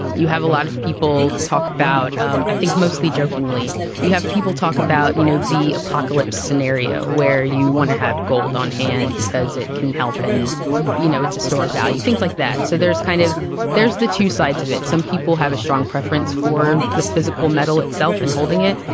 you have a lot of people talk about um i think mostly jokingly you have people talk about you know the apocalypse scenario where you want to have gold on hand because it can help and you know it's a store of value things like that. so there's kind of there's the two sides of it. some people have a strong preference for the physical metal itself and holding it.